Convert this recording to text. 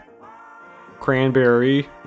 Cranberry